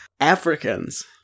Africans-